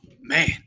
Man